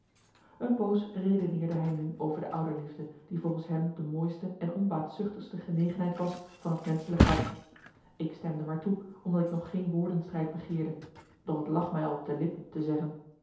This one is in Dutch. een poos redeneerde hij nu over de ouderliefde die volgens hem de mooiste en onbaatzuchtigste genegenheid was van het menschelijk hart ik stemde maar toe omdat ik nog geen woordenstrijd begeerde doch het lag mij al op de lippen te zeggen